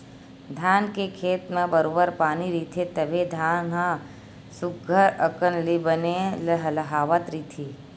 धान के खेत म बरोबर पानी रहिथे तभे धान ह सुग्घर अकन ले बने लहलाहवत रहिथे